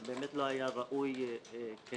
ובאמת לא היה ראוי לשימוש.